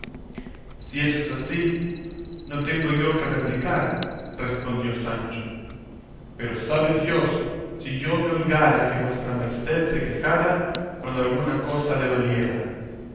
si eso es así no tengo yo qué replicar respondió sancho pero sabe dios si yo me holgara que vuestra merced se quejara cuando alguna cosa le doliera